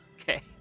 okay